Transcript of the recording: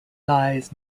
lies